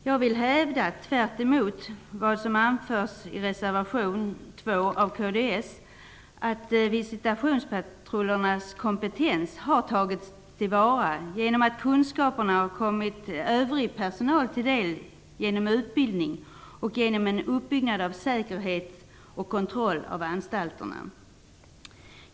Jag vill hävda, tvärtemot vad som anförs i reservation 2 av kds, att visitationspatrullernas kompetens har tagits till vara genom att kunskaperna har kommit övrig personal till del genom utbildning och genom en uppbyggnad av säkerhet och kontroll av anstalterna.